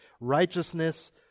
Righteousness